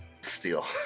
steal